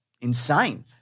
insane